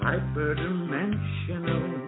Hyperdimensional